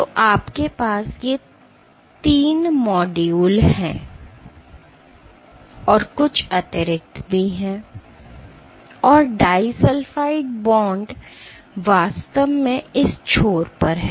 तो आपके पास ये 3 मॉड्यूल हैं और कुछ अतिरिक्त हैं और डाइसल्फ़ाइड बांड वास्तव में इस छोर पर हैं